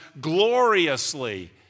gloriously